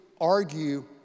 argue